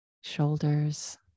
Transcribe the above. shoulders